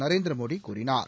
நரேந்திர மோடி கூறினார்